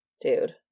Dude